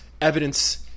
evidence